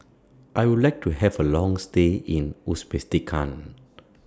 I Would like to Have A Long stay in Uzbekistan